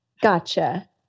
Gotcha